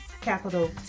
capital